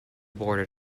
border